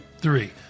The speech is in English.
three